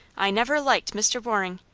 i never liked mr. waring.